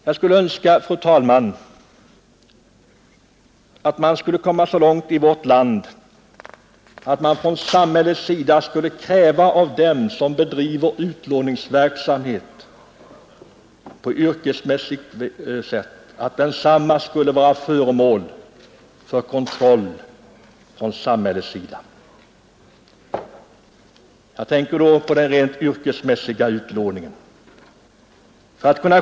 Jag önskar, fru talman, att vi kunde komma så långt i vårt land att vi ställer dem som bedriver utlåningsverksamhet under kontroll från samhällets sida. Jag tänker då på den rent yrkesmässiga utlåningen.